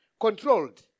controlled